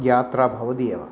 यात्रा भवति एव